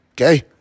okay